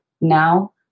now